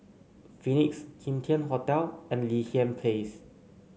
Phoenix Kim Tian Hotel and Li Hwan Place